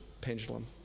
pendulum